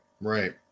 Right